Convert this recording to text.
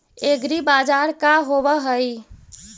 एग्रीबाजार का होव हइ?